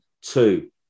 two